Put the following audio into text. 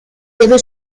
debe